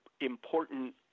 important